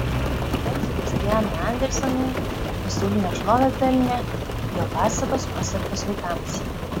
hansui kristianui andersenui pasaulinę šlovę pelnė jo pasakos pasektos vaikams